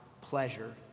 pleasure